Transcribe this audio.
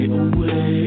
away